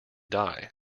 die